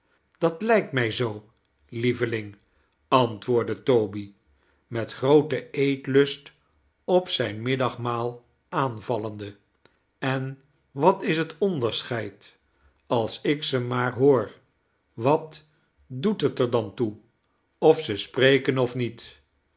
dat lijkt mij zoo lieveling antwooi'dde toby met grooten eetlust op zijn middagmaal aanvallende en wat is het onderscheid als ik ze maar hoor wat doet het er dan toe of ze spreken of niet